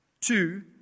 Two